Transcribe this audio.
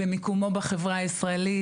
במיקומו בחברה הישראלית,